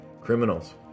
criminals